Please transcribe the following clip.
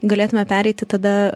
galėtume pereiti tada